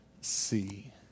see